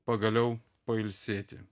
pagaliau pailsėti